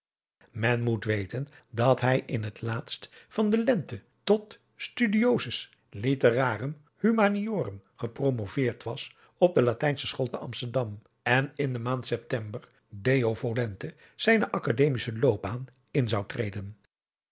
men moet weten dat hij in t laatst van de lente tot studiosus literarum humaniorum adriaan loosjes pzn het leven van johannes wouter blommesteyn gepromoveerd was op de latijnsche school te amsterdam en in de maand september deo volente zijne akademische loopbaan in zou treden